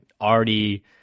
already